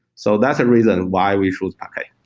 so that's a reason why we chose parquet